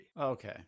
Okay